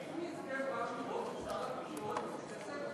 האם נזכה פעם לראות את שר התקשורת בכנסת?